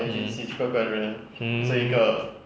mm mm